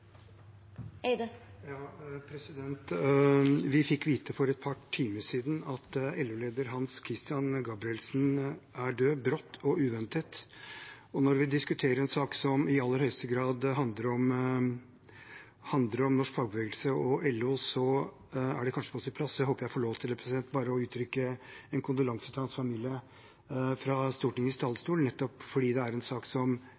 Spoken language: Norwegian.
død, brått og uventet, og når vi diskuterer en sak som i aller høyeste grad handler om norsk fagbevegelse og LO, er det kanskje på sin plass, og jeg håper jeg får lov til, å uttrykke min kondolanse til hans familie fra Stortingets